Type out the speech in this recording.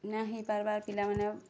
ନାହିଁ ହେଇ ପାର୍ବାର ପିଲାମାନେ